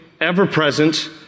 ever-present